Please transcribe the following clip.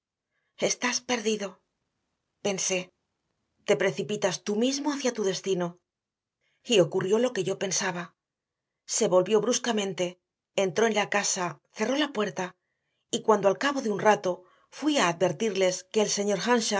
estás perdido pensé te precipitas tú mismo hacia tu destino y ocurrió lo que yo pensaba se volvió bruscamente entró en la casa cerró la puerta y cuando al cabo de un rato fui a advertirles de que el señor